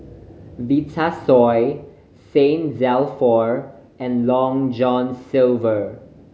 Vitasoy Saint Dalfour and Long John Silver